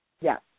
Yes